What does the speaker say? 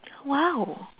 !wow!